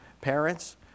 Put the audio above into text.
parents